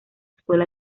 escuela